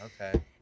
okay